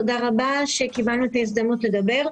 תודה רבה על שקיבלנו את ההזדמנות לדבר.